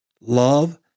Love